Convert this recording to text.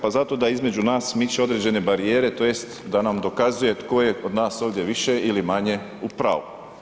Pa zato da između nas miču određene barijere, tj. da nam dokazuje tko je od nas ovdje više ili manje u pravu.